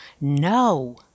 no